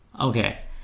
Okay